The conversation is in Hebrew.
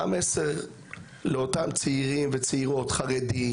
מה המסר לאותם צעירים וצעירות חרדים,